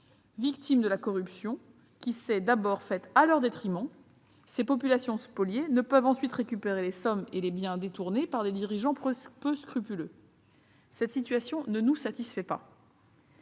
victimes de la corruption qui s'est d'abord faite à leur détriment, ne peuvent ensuite récupérer les sommes et les biens détournés par les dirigeants peu scrupuleux. Cette situation, je le répète, ne nous satisfait pas